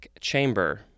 chamber